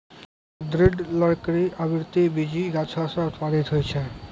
दृढ़ लकड़ी आवृति बीजी गाछो सें उत्पादित होय छै?